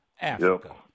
Africa